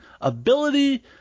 ability